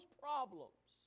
problems